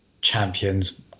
champions